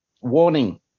Warning